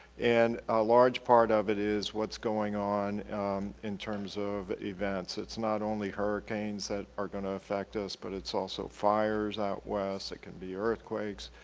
and a large part of it is what's going on in terms of events. it's not only hurricanes that are going to affect us but it's also fires out west, it can be earthquakes,